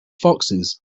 foxes